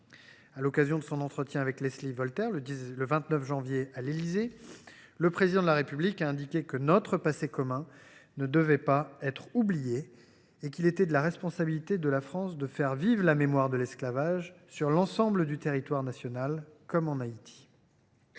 À l’occasion de son entretien avec Leslie Voltaire, le 29 janvier dernier à l’Élysée, le Président de la République a indiqué que notre passé commun ne devait pas être oublié et qu’il était de la responsabilité de la France de faire vivre la mémoire de l’esclavage sur l’ensemble du territoire national, comme en Haïti.